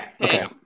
Okay